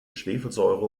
schwefelsäure